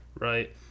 Right